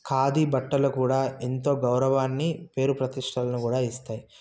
ఖాదీ బట్టలు కూడా ఎంతో గౌరవాన్ని పేరు ప్రతిష్టలను కూడా ఇస్తాయి